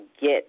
get